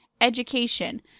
education